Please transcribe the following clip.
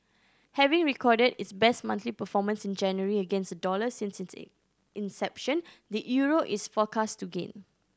having recorded its best monthly performance in January against the dollar since its inception the euro is forecast to gain